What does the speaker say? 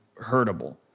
hurtable